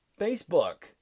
Facebook